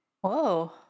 Whoa